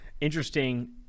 interesting